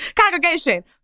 Congregation